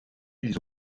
ils